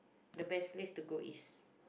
the best place to go is